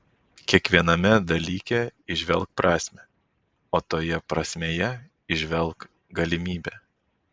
kiekviename dalyke įžvelk prasmę o toje prasmėje įžvelk galimybę